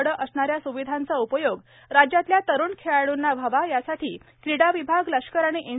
कडे असणाऱ्या सुविधांचा उपयोग राज्यातल्या तरुण खेळाडूंना व्हावा यासाठी क्रीडा विभाग लष्कर आणि एन